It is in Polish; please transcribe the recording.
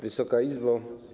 Wysoka Izbo!